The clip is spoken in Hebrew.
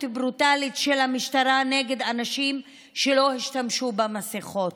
ברוטלית של המשטרה נגד אנשים שלא השתמשו במסכות.